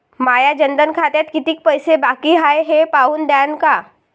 माया जनधन खात्यात कितीक पैसे बाकी हाय हे पाहून द्यान का?